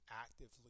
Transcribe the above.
Actively